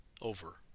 over